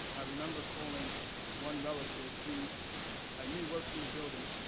i remember calling one relative who i knew worked in the building.